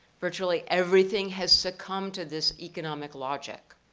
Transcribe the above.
virtually everything has succumbed to this economic logic.